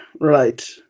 right